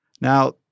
Now